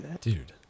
dude